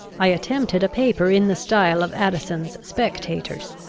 i attempted a paper in the style of addison's spectators,